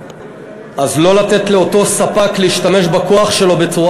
אז לא לתת לאותו ספק להשתמש בכוח שלו בצורה